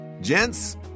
Gents